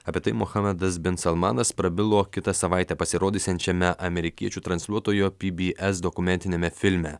apie tai mohamedas bin salmanas prabilo kitą savaitę pasirodysiančiame amerikiečių transliuotojo pbs dokumentiniame filme